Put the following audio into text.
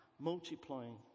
Multiplying